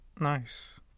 Nice